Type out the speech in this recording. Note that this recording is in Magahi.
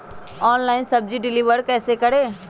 ऑनलाइन सब्जी डिलीवर कैसे करें?